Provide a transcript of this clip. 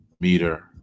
meter